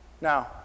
Now